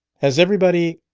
has everybody?